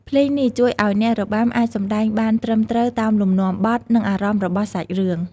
ភ្លេងនេះជួយឱ្យអ្នករបាំអាចសម្តែងបានត្រឹមត្រូវតាមលំនាំបទ និងអារម្មណ៍របស់សាច់រឿង។